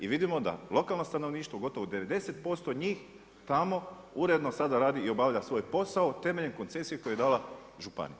I vidimo da lokalno stanovništvo gotovo 90% njih tamo uredno sada radi i obavlja svoj posao temeljem koncesije koji je dala županija.